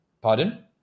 pardon